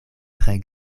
tre